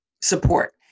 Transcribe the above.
support